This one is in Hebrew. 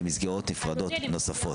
ומסגרות נפרדות נוספות אדוני,